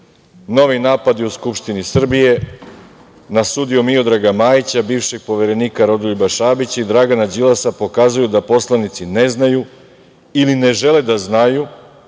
Novi napadi u Skupštini Srbije na sudiju Miodraga Majića, bivšeg Poverenika Rodoljuba Šabića i Dragana Đilasa pokazuju da poslanici ne znaju ili ne žele da znaju